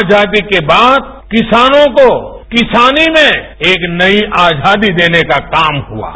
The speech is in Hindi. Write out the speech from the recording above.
आजादी के बाद किसानों को किसानी में एक नई आजादी देने का काम हुआ है